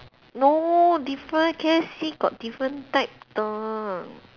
no different K_F_C got different type 的